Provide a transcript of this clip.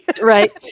Right